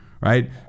right